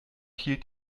hielt